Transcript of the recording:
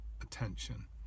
attention